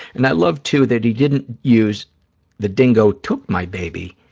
and i love, too, that he didn't use the dingo took my baby.